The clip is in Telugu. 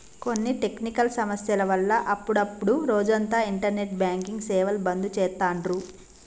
కొన్ని టెక్నికల్ సమస్యల వల్ల అప్పుడప్డు రోజంతా ఇంటర్నెట్ బ్యాంకింగ్ సేవలు బంద్ చేత్తాండ్రు